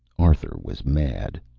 arthur was mad.